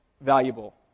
valuable